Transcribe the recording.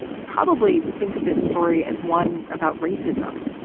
you probably think of his story as one about racism.